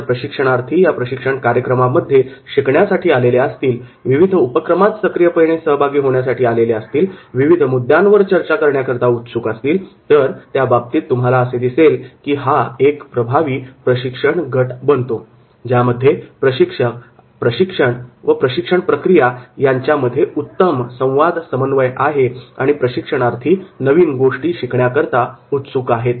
जर प्रशिक्षणार्थी या प्रशिक्षण कार्यक्रमामध्ये शिकण्यासाठी आलेले असतील विविध उपक्रमात सक्रियपणे सहभागी होण्यासाठी आलेले असतील विविध मुद्द्यांवर चर्चा करण्याकरता उत्सुक असतील तर त्या बाबतीत तुम्हाला असे दिसेल की हा एक प्रभावी प्रशिक्षण गट बनतो ज्यामध्ये प्रशिक्षक प्रशिक्षण व प्रशिक्षण प्रक्रिया यांच्यामध्ये उत्तम संवाद समन्वय आहे आणि प्रशिक्षणार्थी नवीन गोष्टी शिकण्याकरता उत्सुक आहेत